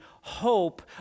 hope